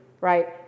right